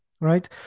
right